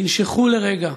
תנשכו לרגע,